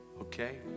Okay